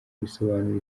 bisobanuye